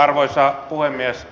arvoisa puhemies